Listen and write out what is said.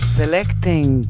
selecting